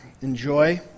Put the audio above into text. enjoy